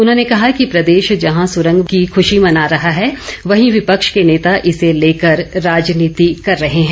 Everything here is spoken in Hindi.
उन्होंने कहा कि प्रदेश जहां सूरंग की खुशी मना रहा है वहीं विपक्ष के नेता इसे लेकर राजनीति कर रहे हैं